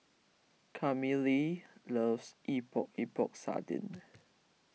Camille loves Epok Epok Sardin